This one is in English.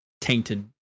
tainted